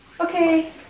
Okay